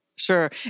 Sure